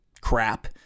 crap